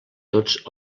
tots